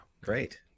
great